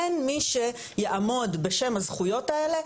אין מי שיעמוד בשם הזכויות האלה,